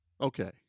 Okay